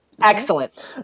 Excellent